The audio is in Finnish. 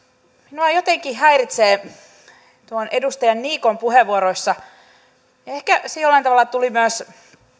minua jotenkin häiritsee edustaja niikon puheenvuoroissa ja ehkä jollain tavalla tuli myös